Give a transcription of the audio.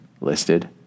listed